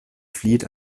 flieht